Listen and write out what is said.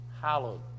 Hallowed